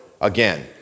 again